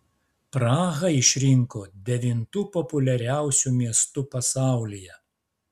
prahą išrinko devintu populiariausiu miestu pasaulyje